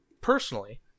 personally